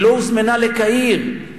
היא לא הוזמנה לקהיר,